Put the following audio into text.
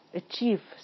achieve